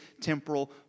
temporal